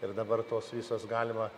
ir dabar tos visos galima